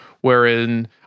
wherein